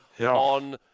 on